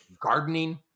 gardening